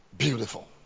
Beautiful